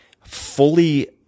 fully